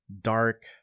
dark